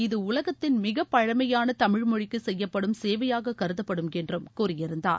இது உலகத்தின் மிகப்பழனமயான தமிழ்மொழிக்கு செய்யப்படும் சேவையாகக் கருதப்படும் என்றும் கூறியிருந்தார்